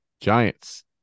Giants